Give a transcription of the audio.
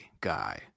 guy